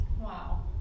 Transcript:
Wow